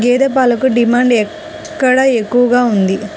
గేదె పాలకు డిమాండ్ ఎక్కడ ఎక్కువగా ఉంది?